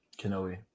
Kenobi